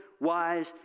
wise